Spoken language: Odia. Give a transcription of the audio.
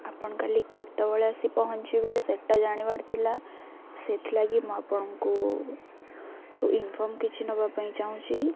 ଆପଣ କାଲି କେତେବେଳେ ଆସି ପହଞ୍ଚିବେ ସେଇଟା ଜାଣିବାର ଥିଲା ସେଥିଲାଗି ମୁଁ ଆପଣଙ୍କୁଠୁ ଇନଫର୍ମ କିଛି ନବା ପାଇଁ ଚାହୁଁଛି